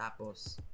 Tapos